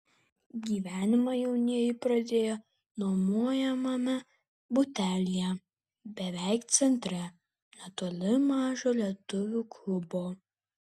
gyvenimą jaunieji pradėjo nuomojamame butelyje beveik centre netoli mažo lietuvių klubo